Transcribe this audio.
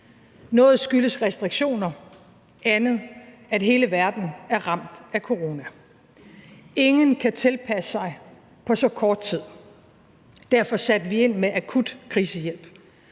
Noget skyldes restriktioner, andet, at hele verden er ramt af corona. Ingen kan tilpasse sig på så kort tid, og derfor satte vi ind med akut krisehjælp.